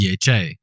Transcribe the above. DHA